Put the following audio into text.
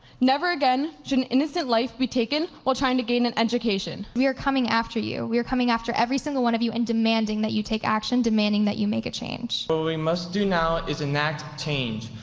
never again should an innocent life be taken while trying to gain an education. we are coming after you. we are coming after every single one of you and demanding that you take action, demanding that you make a change. what but we must do now is enact change,